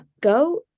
go